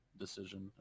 decision